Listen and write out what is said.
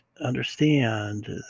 understand